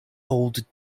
old